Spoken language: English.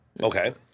Okay